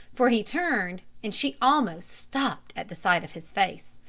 for he turned, and she almost stopped at the sight of his face.